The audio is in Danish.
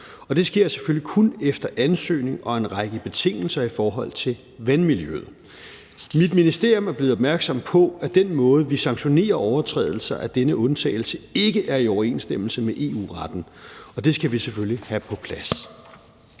det sker selvfølgelig kun efter ansøgning og en række betingelser i forhold til vandmiljøet. Mit ministerium er blevet opmærksom på, at den måde, vi sanktionerer overtrædelser af denne undtagelse på, ikke er i overensstemmelse med EU-retten, og det skal vi selvfølgelig have på plads.